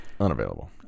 unavailable